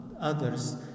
others